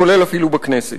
כולל אפילו בכנסת?